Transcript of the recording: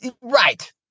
Right